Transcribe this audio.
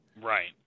Right